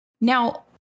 Now